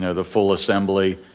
you know the full assembly,